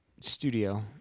studio